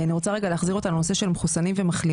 אני רוצה רגע להחזיר אותנו לנושא של מחוסנים ומחלימים.